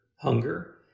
hunger